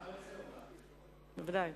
בוודאי.